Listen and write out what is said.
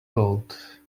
gold